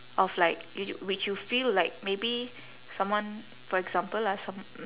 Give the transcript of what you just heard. of like you j~ which you feel like maybe someone for example lah some~